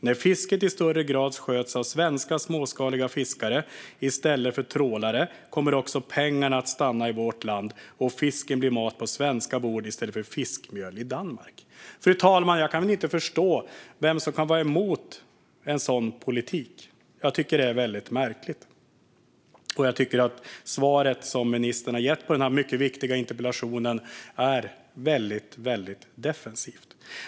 När fisket i större grad sköts av svenska småskaliga fiskare i stället för trålare kommer också pengarna att stanna i vårt land, och fisken blir mat på svenska bord i stället för fiskmjöl i Danmark. Fru talman! Jag kan inte förstå vem som kan vara emot en sådan politik. Jag tycker att det är väldigt märkligt, och jag tycker att svaret som ministern har gett på denna mycket viktiga interpellation är väldigt defensivt.